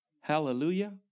Hallelujah